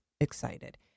Excited